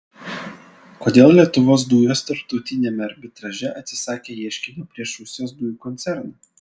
kodėl lietuvos dujos tarptautiniame arbitraže atsisakė ieškinio prieš rusijos dujų koncerną